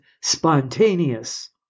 spontaneous